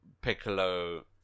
Piccolo